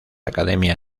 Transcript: academia